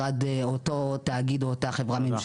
אותה חברה או תאגיד.